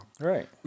Right